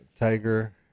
Tiger